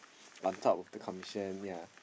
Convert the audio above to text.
on top of the commission yea